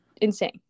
insane